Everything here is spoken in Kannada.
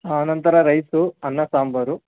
ಆ ನಂತರ ರೈಸು ಅನ್ನ ಸಾಂಬಾರು